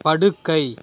படுக்கை